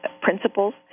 principles